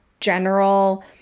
general